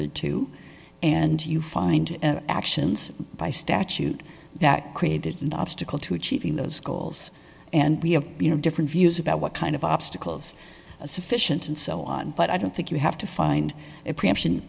e to and you find actions by statute that created an obstacle to achieving those goals and we have you know different views about what kind of obstacles a sufficient and so on but i don't think you have to find a preemption